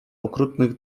okrutnych